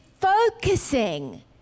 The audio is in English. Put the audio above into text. focusing